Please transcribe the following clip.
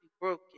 broken